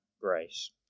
grace